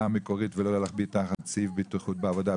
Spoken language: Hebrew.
המקורית ולא להכביד תחת סעיף בטיחות בעבודה,